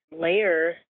layer